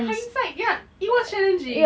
ah in fact yup it was challenging